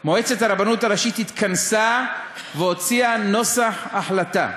התכנסה מועצת הרבנות הראשית והוציאה נוסח החלטה: